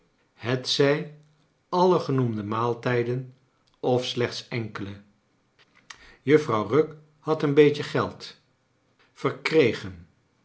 hetzij alle genoemde maaltijden of slechts enkele juffrouw rugg had een beet je geld verkregen